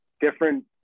different